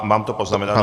Mám to poznamenané.